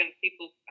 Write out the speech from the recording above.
people